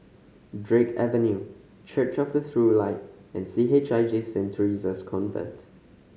Drake Avenue Church of the True Light and C H I J Saint Theresa's Convent